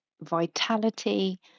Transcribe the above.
vitality